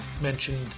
mentioned